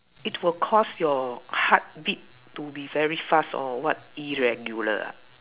it will cause your heartbeat to be very fast or what irregular ah